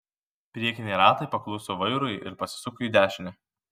priekiniai ratai pakluso vairui ir pasisuko į dešinę